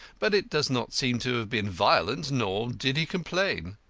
but it does not seem to have been violent, nor did he complain.